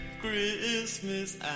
Christmas